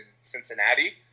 Cincinnati